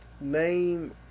Name